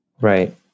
right